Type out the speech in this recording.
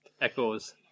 Echoes